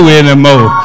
anymore